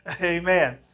Amen